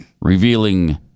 Revealing